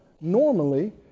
normally